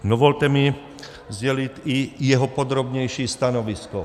Dovolte mi sdělit i jeho podrobnější stanovisko.